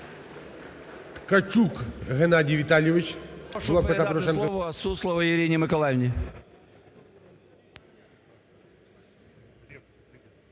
Ткачук Геннадій Віталійович,